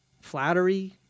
Flattery